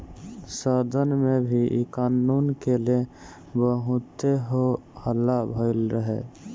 सदन में भी इ कानून के ले बहुते हो हल्ला भईल रहे